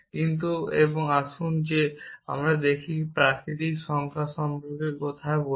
কিন্তু এবং আসুন দেখি আমরা প্রাকৃতিক সংখ্যা সম্পর্কে কথা বলছি